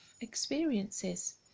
experiences